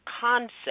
concept